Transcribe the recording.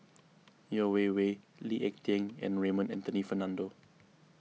Yeo Wei Wei Lee Ek Tieng and Raymond Anthony Fernando